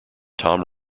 tom